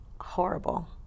horrible